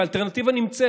והאלטרנטיבה נמצאת.